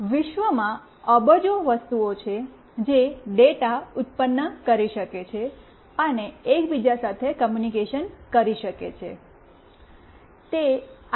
વિશ્વમાં અબજો વસ્તુઓ છે જે ડેટા ઉત્પન્ન કરી શકે છે અને એકબીજા સાથે કૉમ્યૂનિકેશન કરી શકે છે